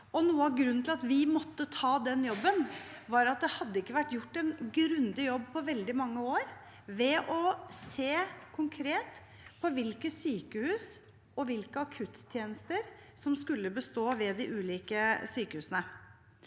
grunnen til at vi måtte ta den jobben, var at det ikke hadde vært gjort en grundig jobb på veldig mange år med å se konkret på sykehusene og på hvilke akuttjenester som skulle bestå ved de ulike sykehusene.